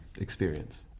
experience